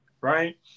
right